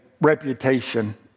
reputation